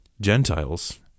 Gentiles